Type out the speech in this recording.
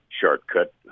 shortcut